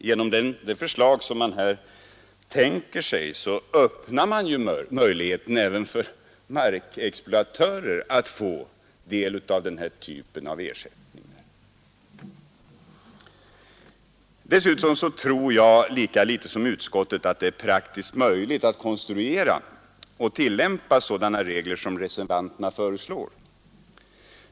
Genom det förslag som man här tänker sig så Öppnar man ju faktiskt möjligheten även för markexploatörer att få del av denna typ av ersättning. Dessutom tror jag lika litet som utskottet att det är praktiskt möjligt att konstruera och tillämpa sådana regler som reservanterna föreslår.